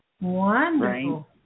Wonderful